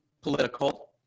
political